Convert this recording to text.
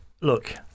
Look